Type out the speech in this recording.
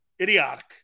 Idiotic